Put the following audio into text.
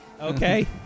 Okay